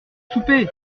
souper